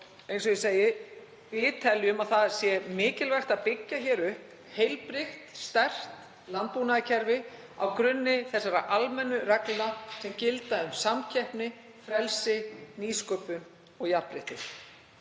Eins og ég segi: Við teljum að það sé mikilvægt að byggja upp heilbrigt, sterkt landbúnaðarkerfi á grunni þessara almennu reglna sem gilda um samkeppni, frelsi, nýsköpun og jafnrétti.